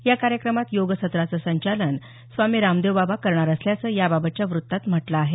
या कार्यक्रमात योगसत्राचं संचालन स्वामी रामदेव बाबा करणार असल्याचं याबाबतच्या वृत्तात म्हटलं आहे